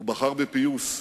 הוא בחר בפיוס,